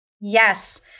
Yes